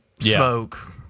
smoke